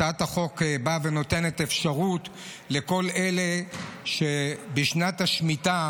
הצעת החוק באה ונותנת אפשרות לכל אלה שבשנת השמיטה